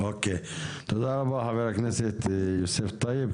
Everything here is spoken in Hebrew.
תודה רבה, חה"כ יוסף טייב.